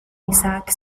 isaac